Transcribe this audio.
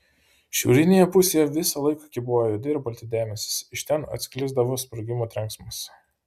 šiaurinėje pusėje visąlaik kybojo juodi ir balti debesys iš ten atsklisdavo sprogimų trenksmas